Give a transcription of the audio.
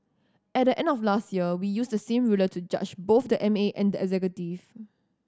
at the end of last year we use the same ruler to judge both the M A and the executive